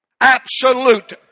absolute